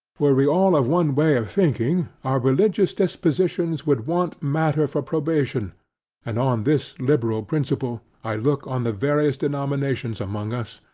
were we all of one way of thinking, our religious dispositions would want matter for probation and on this liberal principle, i look on the various denominations among us,